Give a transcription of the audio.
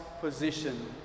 position